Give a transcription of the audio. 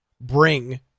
bring